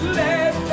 let